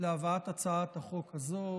להבאת הצעת החוק הזאת,